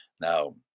Now